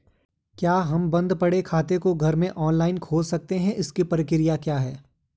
क्या हम बन्द पड़े खाते को घर में ऑनलाइन खोल सकते हैं इसकी क्या प्रक्रिया है?